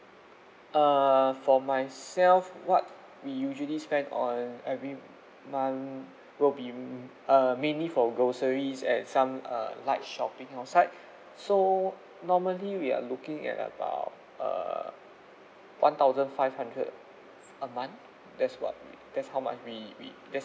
err for myself what we usually spend on every month will be err mainly for groceries and some uh light shopping outside so normally we are looking at about uh one thousand five hundred a month that's what that's how much we we that's